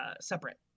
separate